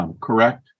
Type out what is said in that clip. Correct